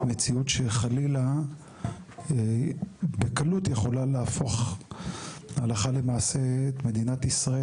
מציאות שחלילה בקלות יכולה להפוך הלכה למעשה את מדינת ישראל,